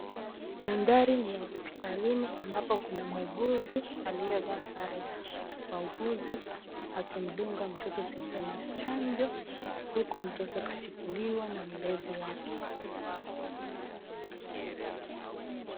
Mandhari ni ya hospitalini ambapo kuna muuguzi aliyevaa sare ya wauguzi akimdunga mtoto sindano huku mtoto kashikiliwa na mlezi wake.